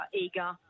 Eager